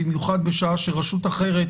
במיוחד בשעה שרשות אחרת